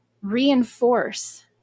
reinforce